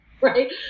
Right